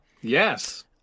Yes